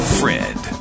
friend